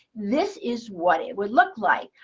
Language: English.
this is what it would look like.